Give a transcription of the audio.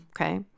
Okay